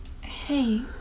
Hey